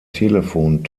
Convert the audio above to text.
telefon